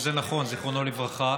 זיכרונו לברכה,